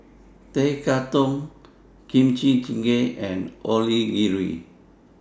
Tekkadon Kimchi Jjigae and Onigiri